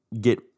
get